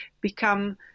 become